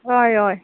हय हय